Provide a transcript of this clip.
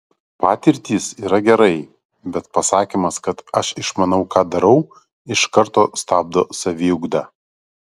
patirtys yra gerai bet pasakymas kad aš išmanau ką darau iš karto stabdo saviugdą